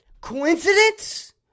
Coincidence